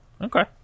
Okay